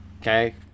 Okay